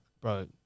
bro